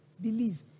believe